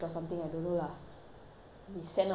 then they send out mass email at least to everyone